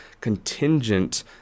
contingent